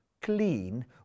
clean